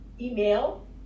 email